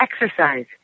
exercise